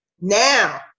Now